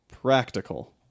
practical